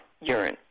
urine